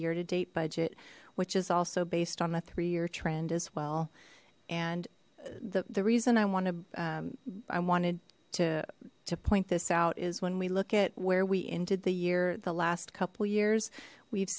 year to date budget which is also based on a three year trend as well and the the reason i want to i wanted to to point this out is when we look at where we ended the year the last couple years we've